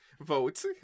Vote